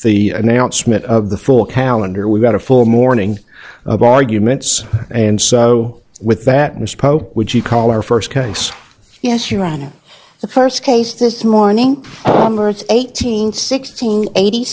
the announcement of the four calendar we've got a full morning of arguments and so with that we spoke would you call our first case yes your honor the first case this morning eighteen sixteen eighty